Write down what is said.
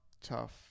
tough